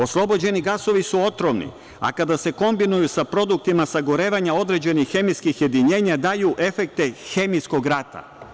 Oslobođeni gasovi su otrovni, a kada se kombinuju sa produktima sagorevanja određenih hemijskih jedinjenja daju efekte hemijskog rata.